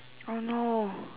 oh no